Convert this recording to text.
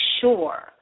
sure